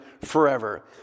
forever